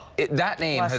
that name,